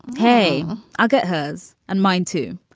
hey! i'll get hers and mine too.